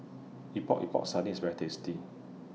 Epok Epok Sardin IS very tasty